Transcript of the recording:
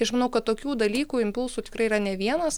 iš manau kad tokių dalykų impulsų tikrai yra ne vienas